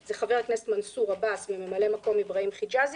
זה חבר הכנסת מנסור עבאס וממלא מקום אבראהים חיג'זי,